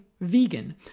vegan